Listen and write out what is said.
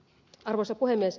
arvoisa puhemies